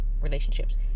relationships